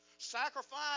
sacrifice